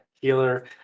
healer